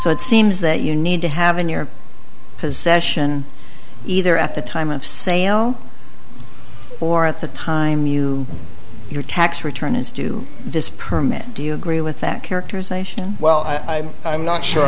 so it seems that you need to have in your possession either at the time of sale or at the time you your tax return is due this permit do you agree with that characterization well i'm i'm not sure